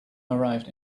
arrived